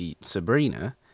Sabrina